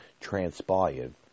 transpired